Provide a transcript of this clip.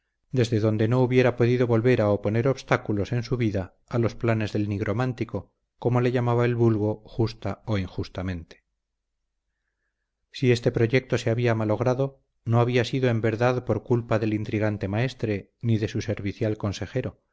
desde donde no hubiera podido volver a oponer obstáculos en su vida a los planes del nigromántico como le llamaba el vulgo justa o injustamente si este proyecto se había malogrado no había sido en verdad por culpa del intrigante maestre ni de su servicial consejero